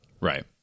Right